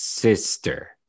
Sister